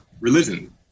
religion